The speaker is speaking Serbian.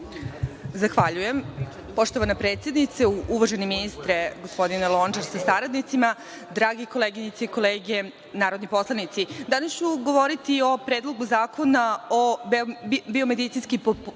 Zahvaljujem. Poštovana predsednice, uvaženi ministre gospodine Lončar sa saradnicima, drage koleginice i kolege narodni poslanici, danas ću govoriti o Predlogu zakona o biomedicinski podmognutoj